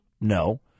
No